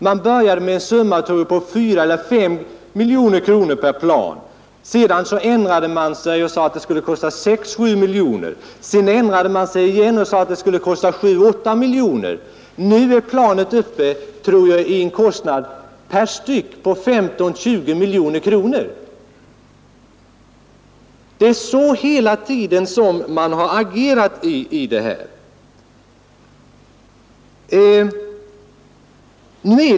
Man började med att säga att planet skulle kosta 4 eller S miljoner kronor per styck, sedan ändrade man sig och sade att det skulle kosta 6 eller 7 miljoner. En tid efteråt ändrade man sig igen och 129 sade att det skulle komma att kosta 7 eller 8 miljoner, och nu är planet uppe i en kostnad på 15—20 miljoner kronor per styck. Det är på det sättet man har agerat hela tiden i denna affär.